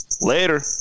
Later